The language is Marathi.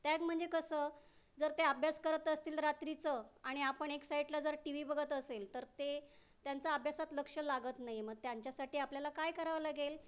त्याग म्हणजे कसं जर ते अभ्यास करत असतील रात्रीचं आणि आपण एका सैटला जर टी वी बघत असेल तर ते त्यांचा अभ्यासात लक्ष लागत नाही मग त्यांच्यासाठी आपल्याला काय करावं लागेल